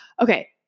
Okay